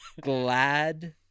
glad